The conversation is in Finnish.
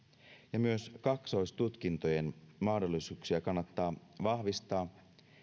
ja myös kaksoistutkintojen mahdollisuuksia kannattaa vahvistaa